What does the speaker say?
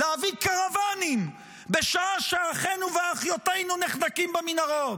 להביא קרוואנים בשעה שאחינו ואחיותינו נחנקים במנהרות.